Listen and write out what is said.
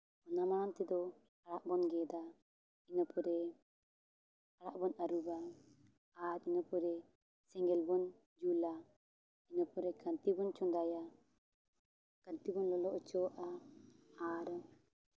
ᱚᱱᱟ ᱢᱟᱲᱟᱝ ᱛᱮᱫᱚ ᱟᱲᱟᱜ ᱵᱚᱱ ᱜᱮᱫᱟ ᱤᱱᱟᱹ ᱯᱚᱨᱮ ᱟᱲᱟᱜ ᱵᱚᱱ ᱟᱹᱨᱩᱵᱟ ᱟᱨ ᱤᱱᱟᱹ ᱯᱚᱨᱮ ᱥᱮᱸᱜᱮᱞ ᱵᱚᱱ ᱡᱩᱞᱟ ᱤᱱᱟᱹ ᱯᱚᱨᱮ ᱠᱷᱟᱹᱱᱛᱤ ᱵᱚᱱ ᱪᱚᱸᱫᱟᱭᱟ ᱠᱷᱟᱹᱱᱛᱤ ᱵᱚᱱ ᱞᱚᱞᱚ ᱦᱚᱪᱚᱣᱟᱜᱼᱟ ᱟᱨ